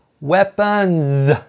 weapons